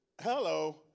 Hello